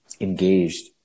engaged